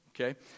Okay